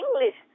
English